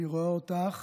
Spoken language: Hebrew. אני רואה אותך